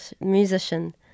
Musician